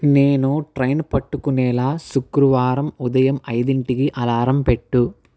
నేను ట్రైన్ పట్టుకునేలా శుక్రవారం ఉదయం ఐదింటికి అలారం పెట్టు